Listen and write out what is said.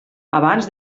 abans